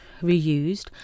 reused